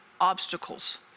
obstacles